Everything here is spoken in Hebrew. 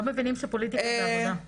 לא מבינים שפוליטיקה זה עבודה.